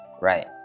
Right